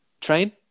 train